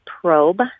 probe